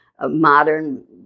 modern